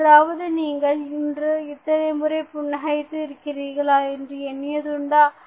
என்றாவது நீங்கள் இன்று எத்தனை முறை புன்னகைத்து இருக்கிறீர்கள் என்று எண்ணியதுண்டா